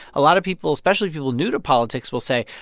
a lot of people, especially people new to politics, will say,